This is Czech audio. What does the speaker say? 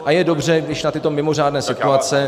A je dobře, když na tyto mimořádné situace...